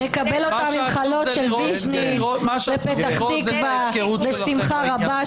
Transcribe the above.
נקבל אותם עם חלות של ויז'ניץ בשמחה רבה.